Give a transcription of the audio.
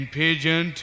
pigeon